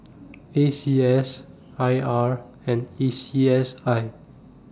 A C S I R and A C S I